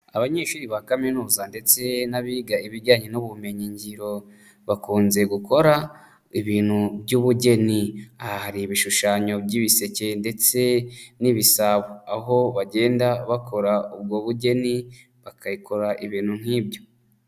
Abanyeshuri ba kaminuza ndetse n'abiga ibijyanye n'ubumenyi ngiro bakunze gukora ibintu by'ubugeni, aha hari ibishushanyo by'ibiseke ndetse n'ibisabo, aho bagenda bakora ubwo bugeni bakayikora ibintu nk'ibyo.